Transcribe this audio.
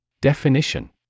Definition